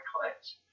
clients